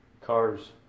Cars